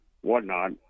whatnot